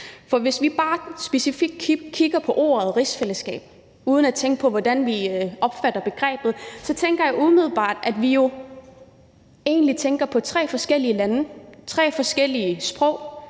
For hvis vi bare specifikt kigger på ordet rigsfællesskab uden at tænke på, hvordan vi opfatter begrebet, tænker jeg umiddelbart, at vi jo egentlig tænker på tre forskellige lande, tre forskellige sprog,